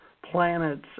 Planets